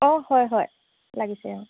অঁ হয় হয় লাগিছে